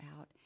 out